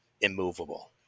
immovable